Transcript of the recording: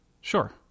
Sure